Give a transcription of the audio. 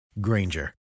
Granger